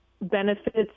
benefits